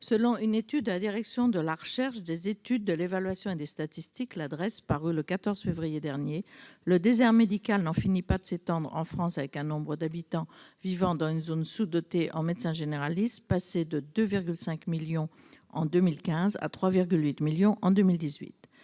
Selon une enquête de la direction de la recherche, des études, de l'évaluation et des statistiques, la Drees, parue le 14 février dernier, le désert médical n'en finit pas de s'étendre en France. Le nombre d'habitants vivant dans une zone sous-dotée en médecins généralistes est passé de 2,5 millions en 2015 à 3,8 millions en 2018,